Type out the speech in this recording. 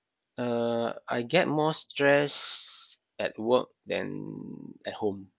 uh I get more stressed at work than at home